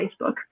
Facebook